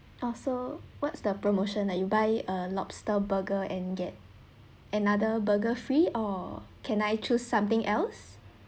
uh so what's the promotion like you buy a lobster burger and get another burger free or can I choose something else